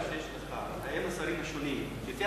לפי